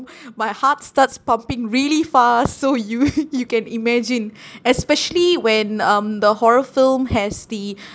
my heart starts pumping really fast so you you can imagine especially when um the horror film has the